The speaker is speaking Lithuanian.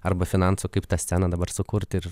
arba finansų kaip tą sceną dabar sukurti ir